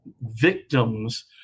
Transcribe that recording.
victims